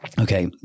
okay